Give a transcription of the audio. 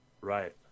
right